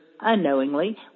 Unknowingly